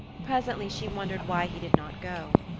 presently she wondered why he did not go.